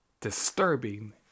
Disturbing